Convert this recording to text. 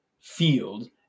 field